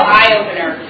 eye-opener